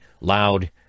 loud